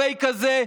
הפייק הזה.